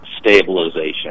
stabilization